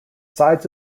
sides